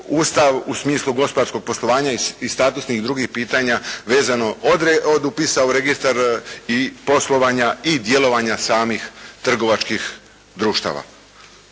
u smislu gospodarskog poslovanja i statusnih i drugih pitanja vezano od upisa u registar, poslovanja i djelovanja samih trgovačkih društava.